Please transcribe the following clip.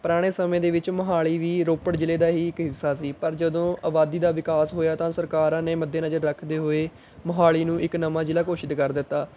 ਪੁਰਾਣੇ ਸਮੇਂ ਦੇ ਵਿੱਚ ਮੋਹਾਲੀ ਵੀ ਰੋਪੜ ਜ਼ਿਲ੍ਹੇ ਦਾ ਹੀ ਇੱਕ ਹਿੱਸਾ ਸੀ ਪਰ ਜਦੋਂ ਆਬਾਦੀ ਦਾ ਵਿਕਾਸ ਹੋਇਆ ਤਾਂ ਸਰਕਾਰਾਂ ਨੇ ਮੱਦੇ ਨਜ਼ਰ ਰੱਖਦੇ ਹੋਏ ਮੋਹਾਲੀ ਨੂੰ ਇੱਕ ਨਵਾਂ ਜ਼ਿਲ੍ਹਾ ਘੋਸ਼ਿਤ ਕਰ ਦਿੱਤਾ